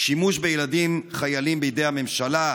שימוש בילדים חיילים בידי הממשלה,